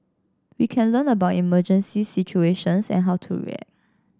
we can learn about emergency situations and how to react